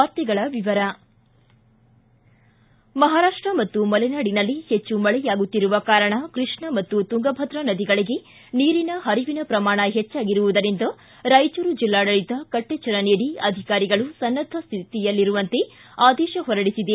ವಾರ್ತೆಗಳ ವಿವರ ಮಹಾರಾಪ್ಸ ಮತ್ತು ಮಲೆನಾಡಿನಲ್ಲಿ ಹೆಚ್ಚು ಮಳೆಯಾಗುತ್ತಿರುವ ಕಾರಣ ಕೃಷ್ಣಾ ಮತ್ತು ತುಂಗಭದ್ರಾ ನದಿಗಳಿಗೆ ನೀರಿನ ಹರಿವಿನ ಪ್ರಮಾಣ ಹೆಚ್ಚಾಗಿರುವುದರಿಂದ ರಾಯಚೂರು ಜಿಲ್ಲಾಡಳಿತ ಕಟ್ಟೆಚ್ಚರ ನೀಡಿ ಅಧಿಕಾರಿಗಳು ಸನ್ನದ್ದ ಸ್ಥಿತಿಯಲ್ಲಿರುವಂತೆ ಆದೇಶ ಹೊರಡಿಸಿದೆ